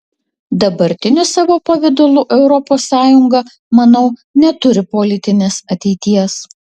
dabartiniu savo pavidalu europos sąjunga manau neturi politinės ateities